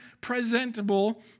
presentable